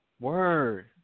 Word